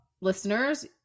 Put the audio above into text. listeners